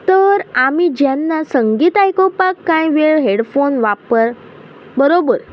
तर आमी जेन्ना संगीत आयकुपाक कांय वेळ हेडफोन वापर बरोबर